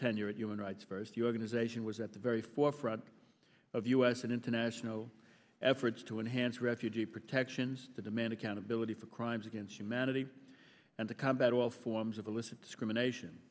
tenure at human rights first the organization was at the very forefront of u s and international efforts to enhance refugee protections to demand accountability for crimes against humanity and to combat all forms of illicit discrimination